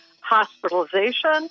hospitalization